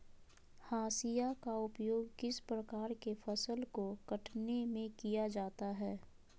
हाशिया का उपयोग किस प्रकार के फसल को कटने में किया जाता है?